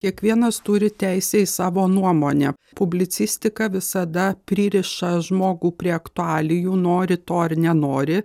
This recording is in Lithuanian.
kiekvienas turi teisę į savo nuomonę publicistika visada pririša žmogų prie aktualijų nori to ar nenori